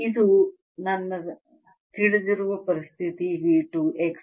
ಇದು ನನ್ನ ತಿಳಿದಿರುವ ಪರಿಸ್ಥಿತಿ V 2 x